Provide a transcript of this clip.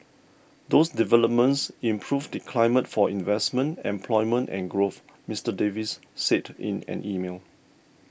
those developments improve the climate for investment employment and growth Mister Davis said in an email